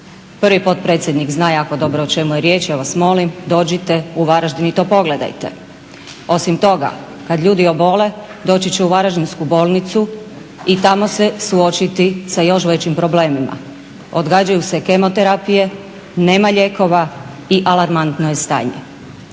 prvi potpredsjednik zna jako dobro o čemu je riječ, ja vas molim dođite u Varaždin i to pogledajte. Osim toga, kad ljudi obole doći će u Varaždinsku bolnicu i tamo se suočiti sa još većim problemima. Odgađaju se kemoterapije, nema lijekova i alarmantno je stanje.